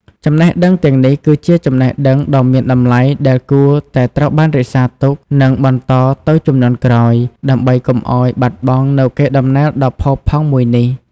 ចំណេះដឹងទាំងនេះគឺជាចំណេះដឹងដ៏មានតម្លៃដែលគួរតែត្រូវបានរក្សាទុក និងបន្តទៅជំនាន់ក្រោយ ដើម្បីកុំឲ្យបាត់បង់នូវកេរដំណែលដ៏ផូរផង់មួយនេះ។